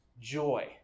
joy